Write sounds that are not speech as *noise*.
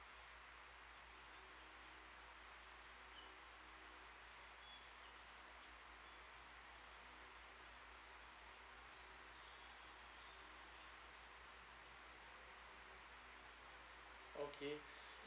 okay *breath*